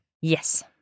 Yes